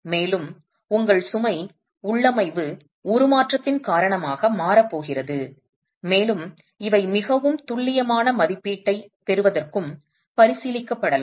மேலும் உங்கள் சுமை உள்ளமைவு உருமாற்றத்தின் காரணமாக மாறப் போகிறது மேலும் இவை மிகவும் துல்லியமான மதிப்பீட்டைப் பெறுவதற்கும் பரிசீலிக்கப்படலாம்